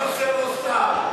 רק חסר לו שר.